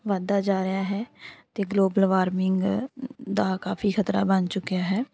ਵੱਧਦਾ ਜਾ ਰਿਹਾ ਹੈ ਅਤੇ ਗਲੋਬਲ ਵਾਰਮਿੰਗ ਦਾ ਕਾਫ਼ੀ ਖਤਰਾ ਬਣ ਚੁੱਕਿਆ ਹੈ